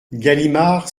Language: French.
galimard